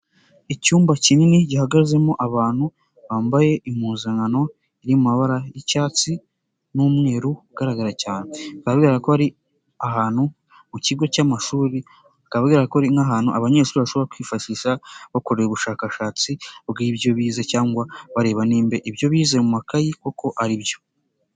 Icyumba kinini gihagazemo abantu, bambaye impuzankano iri mu mabara y'icyatsi n'umweru ugaragara cyane, bikaba bigaragara ko ari ahantu mu kigo cy'amashuri, bikaba bigaragara ko ari nk'ahantu abanyeshuri bashobora kwifashisha, bakorera ubushakashatsi bw'ibyo bize cyangwa bareba nimba ibyo bize mu makayi koko ari byo.